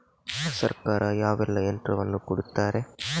ಸರ್ಕಾರ ಯಾವೆಲ್ಲಾ ಯಂತ್ರವನ್ನು ಕೊಡುತ್ತಾರೆ?